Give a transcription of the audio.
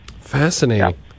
Fascinating